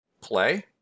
play